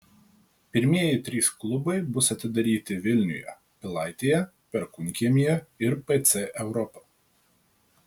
pirmieji trys klubai bus atidaryti vilniuje pilaitėje perkūnkiemyje ir pc europa